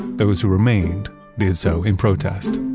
those who remained did so in protest